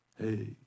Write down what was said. Hey